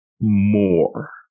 more